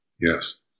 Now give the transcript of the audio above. Yes